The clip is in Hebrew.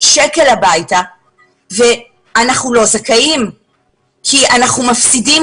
הביתה ולו שקל אבל אנחנו לא זכאים כי אנחנו מפסידים